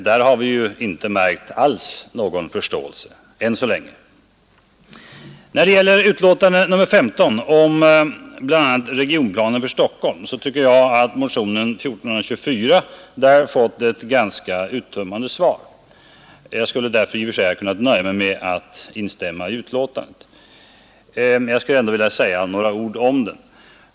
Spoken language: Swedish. Där har vi ju inte märkt någon förståelse alls än så länge. När det gäller betänkandet nr 15 om bl.a. regionplanen för Stockholm tycker jag att motionen 1424 där fått ett ganska uttömmande svar, Jag skulle därför i och för sig kunnat nöja mig med att instämma i vad som står i betänkandet, men jag vill ändå säga några ord om motionen.